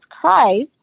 Christ